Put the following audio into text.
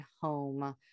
home